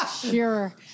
Sure